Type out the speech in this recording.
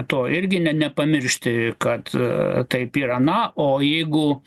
to irgi ne nepamiršti kad taip yra na o jeigu